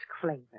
flavor